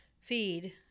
feed